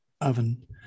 oven